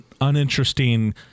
uninteresting